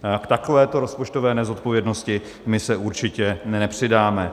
K takovéto rozpočtové nezodpovědnosti se určitě nepřidáme.